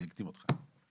אני אקדים אותך.